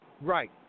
Right